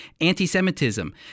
anti-Semitism